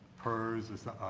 pers